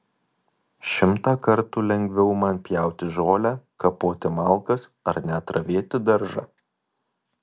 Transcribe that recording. šimtą kartų lengviau man pjauti žolę kapoti malkas ar net ravėti daržą